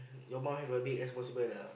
your mum have a big responsible lah